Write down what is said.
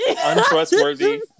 Untrustworthy